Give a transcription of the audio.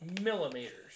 millimeters